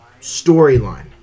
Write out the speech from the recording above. storyline